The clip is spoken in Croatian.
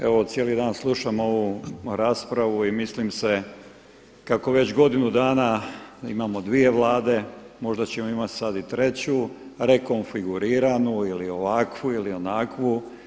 Evo cijeli dan slušam ovu raspravu i mislim se kako već godinu dana imamo dvije Vlade, možda ćemo sad imati i treću rekonfiguriranu ili ovakvu ili onakvu.